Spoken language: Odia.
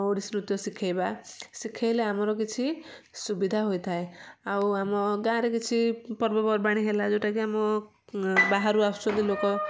ଓଡ଼ିଶୀ ନୃତ୍ୟ ଶିଖାଇବା ଶିଖାଇଲେ ଆମର କିଛି ସୁବିଧା ହୋଇଥାଏ ଆଉ ଆମ ଗାଁରେ କିଛି ପର୍ବପର୍ବାଣୀ ହେଲା ଯେଉଁଟା କି ଆମ ବାହାରୁ ଆସୁଛନ୍ତି ଲୋକ